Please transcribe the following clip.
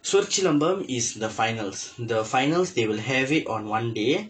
Sorsilambam is the finals the finals they will have it on one day